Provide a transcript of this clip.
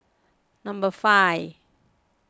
number five